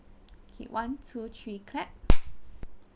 okay one two three clap